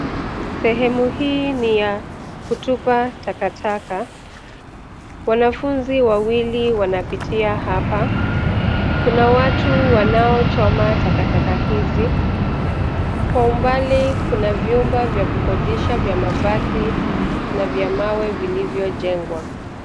Sehemu hii ni ya kutupa takataka. Wanafunzi wawili wanapitia hapa. Kuna watu wanaochoma takataka hizi. Kwa umbali kuna vyumba ya kukodisha vya mabati na vya mawe vilivyojengwa.